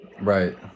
Right